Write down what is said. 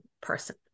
person